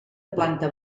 planta